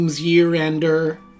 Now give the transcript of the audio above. year-ender